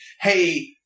hey